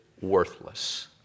worthless